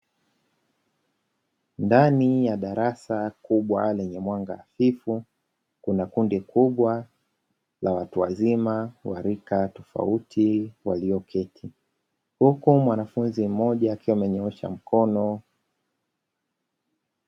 Ndani ya darasa kubwa lenye mwanga nipo kuna kundi kubwa la watu wazima hualika tofauti walioketi huku mwanafunzi mmoja akiwa amenyoosha mkono.